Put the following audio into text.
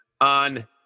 on